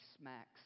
smacks